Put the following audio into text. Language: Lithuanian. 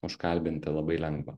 užkalbinti labai lengva